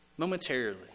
Momentarily